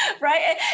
Right